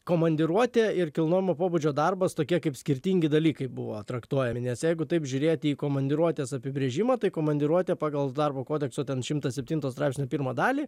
komandiruotė ir kilnumo pobūdžio darbas tokie kaip skirtingi dalykai buvo traktuojami nes jeigu taip žiūrėti į komandiruotes apibrėžimą tai komandiruotė pagal darbo kodekso šimtas septino straipsnio pirmą dalį